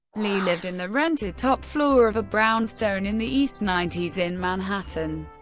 lee lived in the rented top floor of a brownstone in the east ninety s in manhattan.